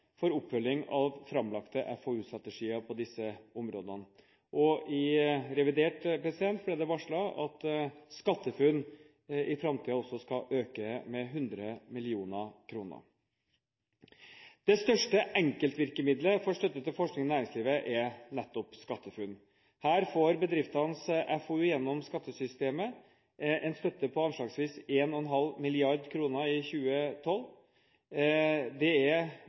for oppfølging av framlagte FoU-strategier på disse områdene. I revidert nasjonalbudsjett ble det varslet at SkatteFUNN i framtiden også skal øke med 100 mill. kr. Det største enkeltvirkemiddelet for støtte til forskning i næringslivet er nettopp SkatteFUNN. Her får bedriftene FoU gjennom skattesystemet, en støtte på anslagsvis 1,5 mrd. kr i 2012. Det er